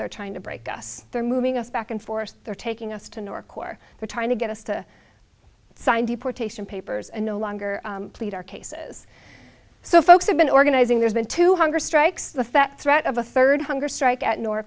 they're trying to break us they're moving us back and forth they're taking us to nor core they're trying to get us to signed deportation papers and no longer plead our cases so folks have been organizing there's been two hunger strikes the fat threat of a third hunger strike at nor